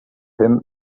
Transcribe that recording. him